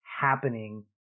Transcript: happening